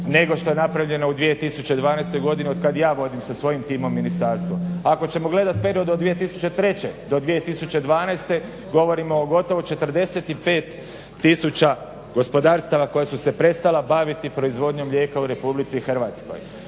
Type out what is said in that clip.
nego što je napravljeno u 2012. od kada ja vodim sa svojim timom ministarstvo. Ako ćemo gledati period od 2003-2012. govorimo o gotovo 45 tisuća gospodarstava koja su se prestala baviti proizvodnjom mlijeka u RH. Zbog toga